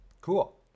Cool